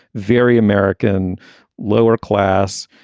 very american lower-class,